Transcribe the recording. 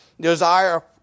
desire